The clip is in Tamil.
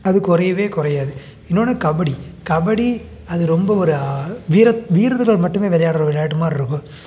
அது குறையவே குறையாது இன்னொன்று கபடி கபடி அது ரொம்ப ஒரு வீரத் வீர மட்டுமே விளையாடுற ஒரு விளையாட்டு மாதிரி இருக்கும்